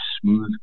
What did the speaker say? smooth